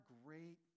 great